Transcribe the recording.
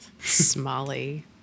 Smalley